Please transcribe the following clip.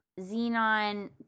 Xenon